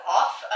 off